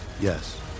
Yes